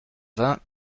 vingt